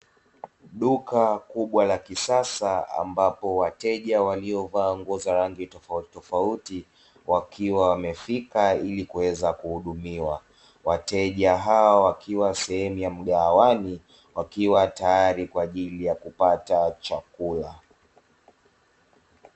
Duka kubwa la kisasa ambapo wateja waliovaa nguo za rangi tofautitofauti wakiwa wamefika ili kuweza kuhudumiwa, wateja hawa wakiwa sehemu ya mgahawani wakiwa tayari kwa ajili ya kuapata chakula.